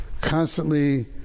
constantly